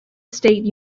state